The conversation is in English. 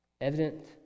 evident